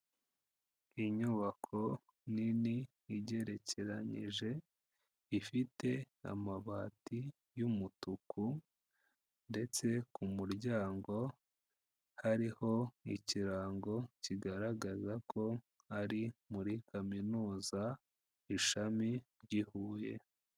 Inyubako nini igerekeranyije, ifite amabati y'umutuku ndetse ku muryango hariho ikirango kigaragaza ko ari muri kaminuza, ishami ry'i Huye.